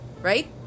Right